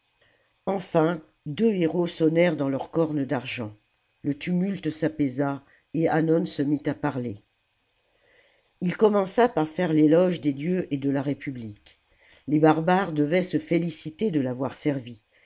enfin deux hérauts sonnèrent dans leurs cornes d'argent le tumulte s'apaisa et hannon se mit à parler ii commença par faire l'éloge des dieux et de la république les barbares devaient se féliciter de l'avoir servie